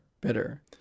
bitter